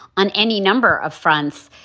on any number of fronts,